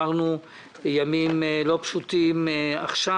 אנחנו עברנו ימים לא פשוטים עכשיו,